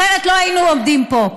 אחרת לא היינו עומדים פה.